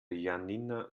janina